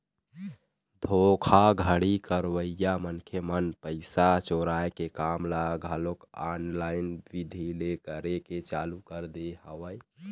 धोखाघड़ी करइया मनखे मन पइसा चोराय के काम ल घलोक ऑनलाईन बिधि ले करे के चालू कर दे हवय